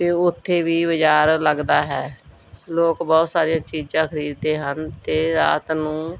ਅਤੇ ਉੱਥੇ ਵੀ ਬਾਜ਼ਾਰ ਲੱਗਦਾ ਹੈ ਲੋਕ ਬਹੁਤ ਸਾਰੀਆਂ ਚੀਜ਼ਾਂ ਖਰੀਦਦੇ ਹਨ ਅਤੇ ਰਾਤ ਨੂੰ